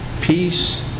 peace